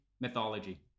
mythology